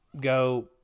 go